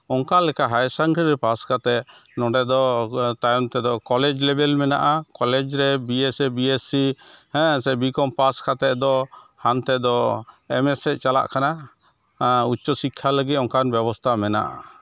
ᱚᱱᱠᱟ ᱞᱮᱠᱟ higher secondary ᱨᱮ ᱯᱟᱥ ᱠᱟᱛᱮᱫ ᱚᱸᱰᱮ ᱫᱚ ᱛᱟᱭᱚᱢ ᱛᱮᱫᱚ ᱠᱚᱞᱮᱡᱽ ᱞᱮᱵᱮᱞ ᱢᱮᱱᱟᱜᱼᱟ ᱠᱚᱞᱮᱡᱽ ᱨᱮ ᱵᱤᱭᱮ ᱥᱮ ᱵᱤᱭᱮᱥᱥᱤ ᱦᱮᱸ ᱥᱮ ᱵᱤ ᱠᱚᱢ ᱯᱟᱥ ᱠᱟᱛᱮᱫ ᱫᱚ ᱚᱱᱛᱮ ᱫᱚ ᱮᱢᱮ ᱥᱮᱡ ᱪᱟᱞᱟᱜ ᱠᱟᱱᱟ ᱩᱪᱪᱚ ᱥᱤᱠᱠᱷᱟ ᱞᱟᱹᱜᱤᱫ ᱚᱱᱠᱟᱱ ᱵᱮᱵᱚᱥᱛᱷᱟ ᱢᱮᱱᱟᱜᱼᱟ